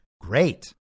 Great